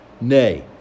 Nay